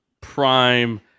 prime